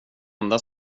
enda